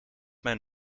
mijn